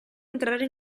entrare